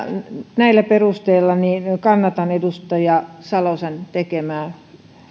näillä perusteilla kannatan edustaja salosen tekemää